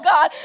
God